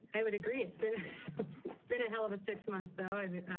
i would agree it's been it's been a hell of a six months, though i